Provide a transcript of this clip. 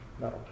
No